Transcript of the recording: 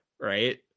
right